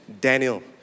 Daniel